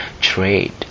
Trade